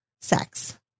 sex